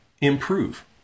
improve